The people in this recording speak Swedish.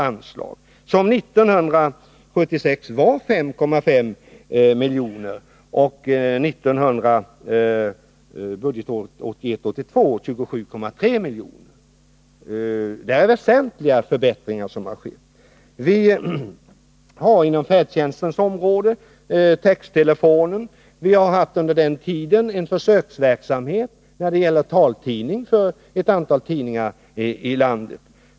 1976 var det 5,5 milj.kr. medan det för budgetåret 1981/82 är 27,3 milj.kr. Det är väsentliga förbättringar som har skett. Det gäller t.ex. på färdtjänstens område och texttelefonen. Vi har under denna tid också haft en försöksverksamhet med taltidningar, som omfattat ett antal tidningar i landet.